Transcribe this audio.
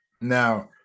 now